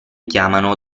chiamano